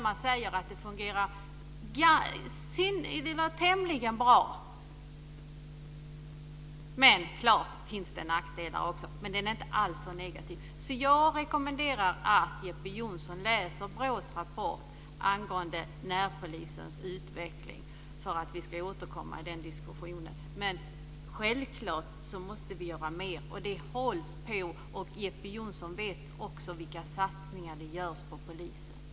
Man säger att det var tämligen bra. Det finns självklart nackdelar också, men det är inte alls så negativt. Jag rekommenderar att Jeppe Johnsson läser BRÅ:s rapport angående närpolisens utveckling så att vi kan återkomma till den diskussionen. Men självklart måste vi göra mer, och det håller man på med. Jeppe Johnsson vet också vilka satsningar det görs på polisen.